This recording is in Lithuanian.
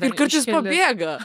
ir kartais pabėga